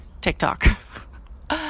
TikTok